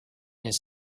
his